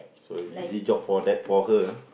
so easy job for that for her ah